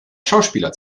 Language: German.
schauspieler